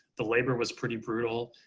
the labor was pretty brutal,